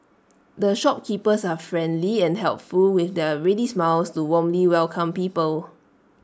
the shopkeepers are friendly and helpful with their ready smiles to warmly welcome people